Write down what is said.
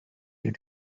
you